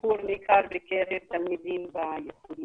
שיפור ניכר בקרב התלמידים ביסודי.